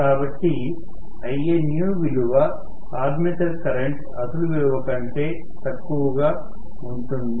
కాబట్టి Ianewవిలువ armature current అసలు విలువ కంటే తక్కువగా ఉంటుంది